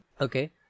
okay